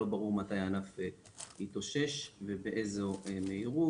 לא ברור מתי הענף יתאושש ובאיזו מהירות.